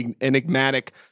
enigmatic